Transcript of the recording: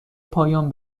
پایان